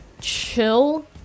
chill